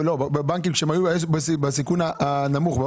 לבנקים, היו בסיכון נמוך.